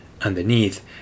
underneath